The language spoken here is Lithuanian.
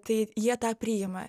tai jie tą priima